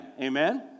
Amen